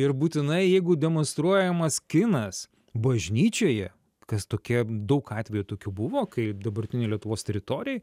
ir būtinai jeigu demonstruojamas kinas bažnyčioje kas tokie daug atvejų tokių buvo kai dabartinėj lietuvos teritorijoj